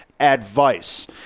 advice